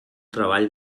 treball